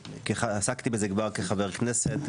עסקתי בזה כבר כחבר כנסת.